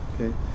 Okay